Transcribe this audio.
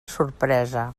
sorpresa